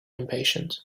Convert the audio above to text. impatient